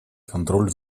контроль